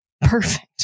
Perfect